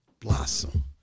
blossom